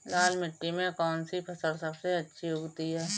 लाल मिट्टी में कौन सी फसल सबसे अच्छी उगती है?